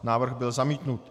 Návrh byl zamítnut.